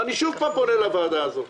אני שוב פונה לוועדה הזאת,